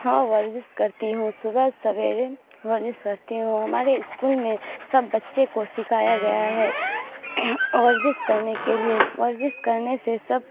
ہاں ورزش کرتی ہوں صبح سویرے ورزش کرتی ہوں ہمارے اسکول میں سب بچے کو سکھایا گیا ہے ورزش کرنے کے لیے ورزش کرنے سے سب